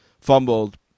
fumbled